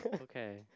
Okay